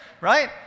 right